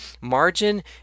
Margin